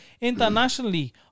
internationally